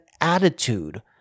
attitude